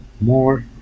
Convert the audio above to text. more